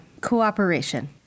cooperation